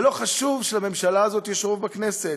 ולא חשוב שלממשלה הזאת יש רוב בכנסת.